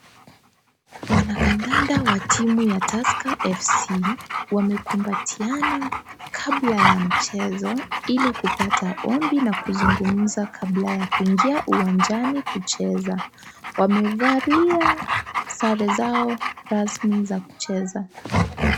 Wanakandanda wa timu ya Tusker fc. Wamekumbatiana kabla ya mchezo ili kupata ombi na kuzungumza kabla ya kuingia uwanjani kucheza. Wamevalia sare zao rasmi za kucheza.